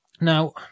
Now